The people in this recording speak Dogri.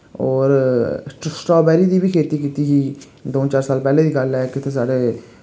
और स्ट्राबैरी दी बी खेती कीती ही दों चार साल पैह्लें दी गल्ल ऐ इक इत्थै साढ़े